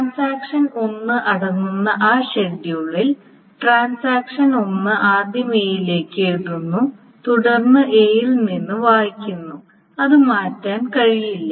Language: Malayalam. ട്രാൻസാക്ഷൻ 1 അടങ്ങുന്ന ആ ഷെഡ്യൂളിൽ ട്രാൻസാക്ഷൻ 1 ആദ്യം എയിലേക്ക് എഴുതുന്നു തുടർന്ന് എയിൽ നിന്ന് വായിക്കുന്നു അത് മാറ്റാൻ കഴിയില്ല